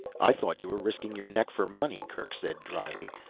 i thought you were risking your neck for money, kerk said dryly.